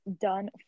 done